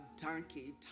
donkey